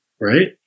Right